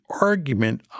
argument